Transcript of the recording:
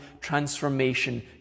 transformation